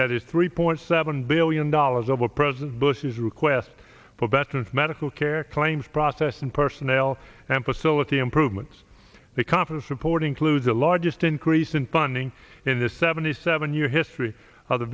that is three point seven billion dollars over president bush's request for veterans medical care claims processing personnel and facility improvements the conference report includes the largest increase in funding in the seventy seven year history of the